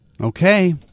Okay